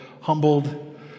humbled